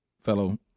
fellow